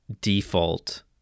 default